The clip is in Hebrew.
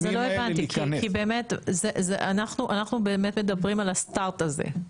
אז לא הבנתי, כי אנחנו מדברים על ה-start הזה.